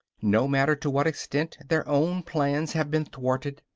no matter to what extent their own plans have been thwarted,